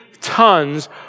tons